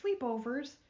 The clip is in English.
sleepovers